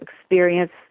experience